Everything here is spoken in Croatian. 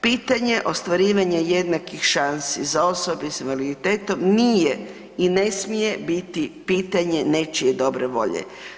Pitanje ostvarivanja jednakih šansi za osobe sa invaliditetom nije i ne smije biti pitanje nečije dobre volje.